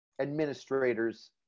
administrators